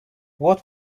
what